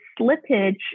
slippage